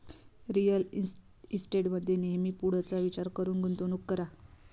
real इस्टेटमध्ये नेहमी पुढचा विचार करून गुंतवणूक करा